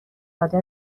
داده